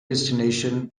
destination